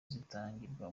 zitangirwa